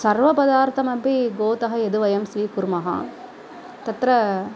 सर्वपदार्थमपि गोः यद्वयं स्वीकुर्मः तत्र